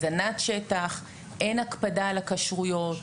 הזנת שטח - אין הקפדה על הכשרויות,